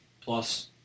plus